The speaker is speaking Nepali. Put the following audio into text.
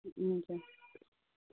हुन्छ